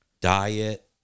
diet